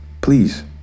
please